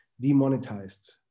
demonetized